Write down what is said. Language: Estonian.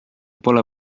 pole